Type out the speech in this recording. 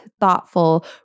thoughtful